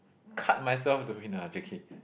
cut myself to win ah j_k